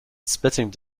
spitting